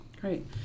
Great